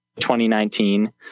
2019